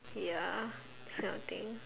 ya these kind of thing